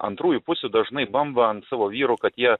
antrųjų pusių dažnai bamba ant savo vyrų kad jie